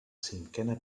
cinquena